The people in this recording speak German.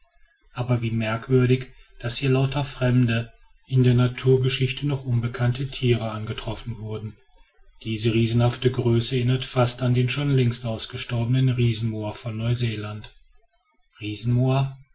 aber wie merkwürdig daß hier lauter fremde in der naturgeschichte noch unbekannte tiere angetroffen wurden diese riesenhafte größe erinnert fast an den schon längst ausgestorbenen riesenmoa von neuseeland riesenmoa